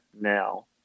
now